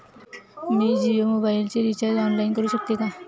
मी जियो मोबाइलचे recharge online करू शकते का?